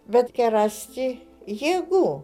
bet rasti jėgų